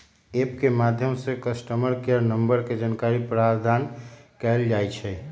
app के माध्यम से कस्टमर केयर नंबर के जानकारी प्रदान कएल जाइ छइ